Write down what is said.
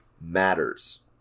matters